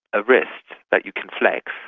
a wrist that you can flex.